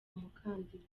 umukandida